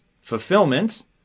fulfillment